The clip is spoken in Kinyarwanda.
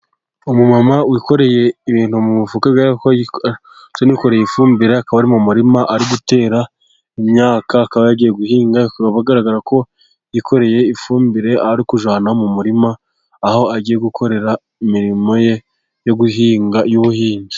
Umu mama wikoreye ibintu mu mufuka, wikoreye ifumbire akaba ari mu murima ari gutera imyaka, akaba yagiye guhinga agaragara ko yikoreye ifumbire ari ukujyana mu murima aho agiye gukorera imirimo ye yo guhinga iyubuhinzi.